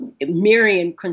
Miriam